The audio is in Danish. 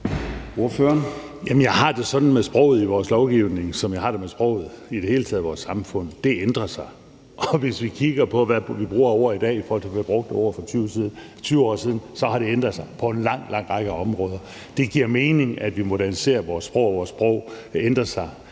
(S): Jamen jeg har det sådan med sproget i vores lovgivning, som jeg har det med sproget i det hele taget i vores samfund: Det ændrer sig. Og hvis vi kigger på, hvad vi bruger af ord i dag, i forhold til hvad vi brugte af ord for 20 år siden, har det ændret sig på en lang, lang række områder. Det giver mening, at vi moderniserer vores sprog, og at vores sprog ændrer sige.